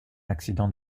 accident